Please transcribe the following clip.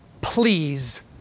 please